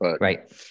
right